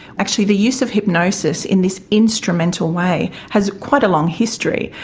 actually the use of hypnosis in this instrumental way has quite a long history.